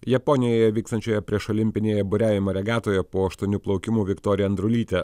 japonijoje vykstančioje priešolimpinėje buriavimo regatoje po aštuonių plaukimų viktorija andrulytė